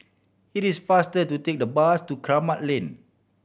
it is faster to take the bus to Kramat Lane